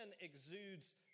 exudes